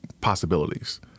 possibilities